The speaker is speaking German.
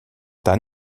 dann